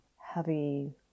heavy